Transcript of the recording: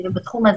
יש